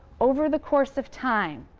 over the course of time,